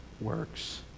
works